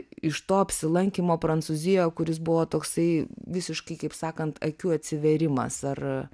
iš to apsilankymo prancūzijoj kuris buvo toksai visiškai kaip sakant akių atsivėrimas ar